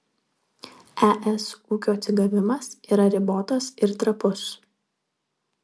es ūkio atsigavimas yra ribotas ir trapus